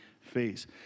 phase